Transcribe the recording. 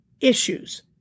issues